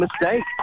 mistake